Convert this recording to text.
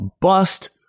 bust